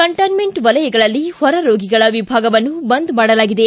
containment ವಲಯಗಳಲ್ಲಿ ಹೊರ ರೋಗಿಗಳ ವಿಭಾಗವನ್ನು ಬಂದ್ ಮಾಡಲಾಗಿದೆ